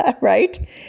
right